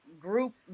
group